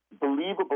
believable